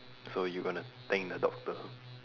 so you gonna thank the doctor